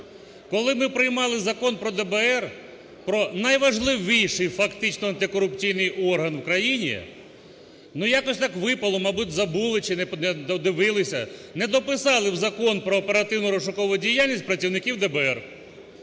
Коли ми приймали Закон про ДБР, про найважливіший фактично антикорупційний орган в країні, ну, якось так випало, мабуть, забули чи недодивилися, не дописали в Закон "Про оперативно-розшукову діяльність" працівників ДБР.